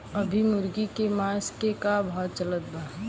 अभी मुर्गा के मांस के का भाव चलत बा?